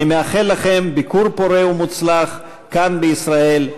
אני מאחל לכם ביקור פורה ומוצלח כאן בישראל.